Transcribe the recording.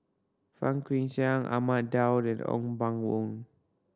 Fang Guixiang Ahmad Daud and Ong Pang Boon